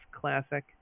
classic